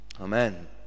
Amen